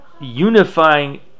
unifying